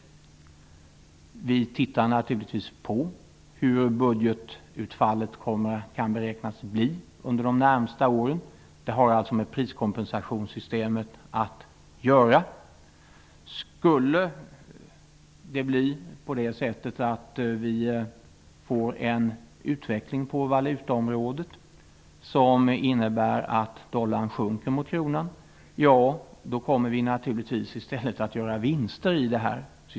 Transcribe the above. Vi tittar naturligtvis på hur budgetutfallet kan beräknas bli under de närmaste åren. Det har alltså med priskompensationssystemet att göra. Om det skulle bli en utveckling på valutaområdet som innebär att dollarn sjunker i förhållande till kronan kommer vi naturligtvis i stället att göra vinster med detta system.